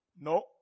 No